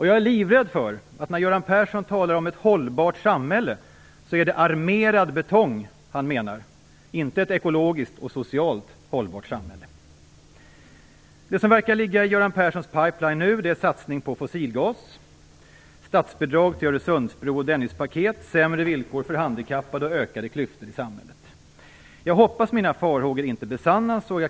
Jag är livrädd för att Göran Persson när han talar om ett hållbart samhälle menar armerad betong, inte ett ekologiskt och socialt hållbart samhälle. Det som verkar ligga i Göran Perssons pipeline nu är satsning på fossilgas, statsbidrag till Öresundsbro och Dennispaket, sämre villkor för handikappade och ökade klyftor i samhället. Jag hoppas att mina farhågor inte besannas.